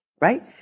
Right